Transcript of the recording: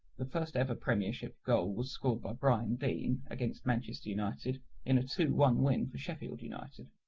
the first ever premiership goal was scored by brian deane against manchester united in a two one win for sheffield united.